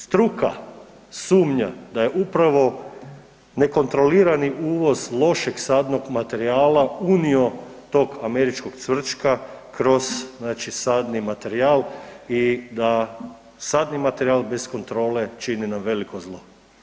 Struka sumnja da je upravo nekontrolirani uvoz lošeg sadnog materijala unio tog američkog cvrčka kroz znači sadni materijal i da sadni materijal bez kontrole čini nam veliko zlo.